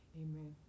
amen